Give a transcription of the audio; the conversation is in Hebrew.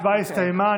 ההצבעה הסתיימה.